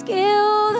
Skill